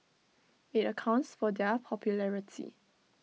IT accounts for their popularity